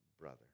brother